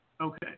Okay